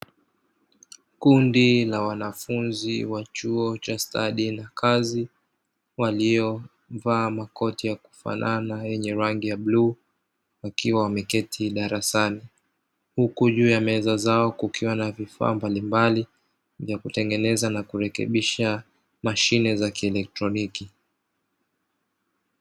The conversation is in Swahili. Kundi la wanafunzi wa chuo cha stadi na kazi waliovaa makoti ya kufanana yenye rangi ya bluu wakiwa wameketi darasani, huku juu ya meza zao kukiwa na vifaa mbalimbali vya kutengeneza na kurekebisha mashine za kielektroniki.